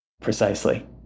Precisely